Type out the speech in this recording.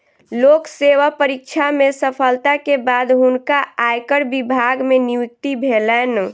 लोक सेवा परीक्षा में सफलता के बाद हुनका आयकर विभाग मे नियुक्ति भेलैन